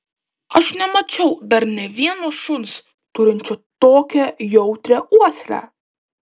aš nemačiau dar nė vieno šuns turinčio tokią jautrią uoslę